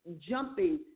jumping